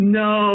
no